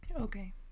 Okay